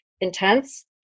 intense